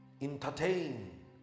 Entertain